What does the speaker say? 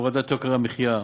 הורדת יוקר המחיה,